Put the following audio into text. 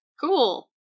Cool